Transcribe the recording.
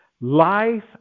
life